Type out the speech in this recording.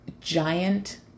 giant